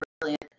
brilliant